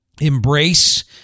Embrace